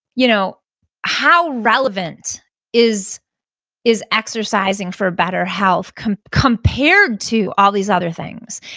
you know how relevant is is exercising for better health kind of compared to all these other things?